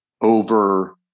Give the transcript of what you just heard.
over